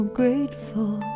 grateful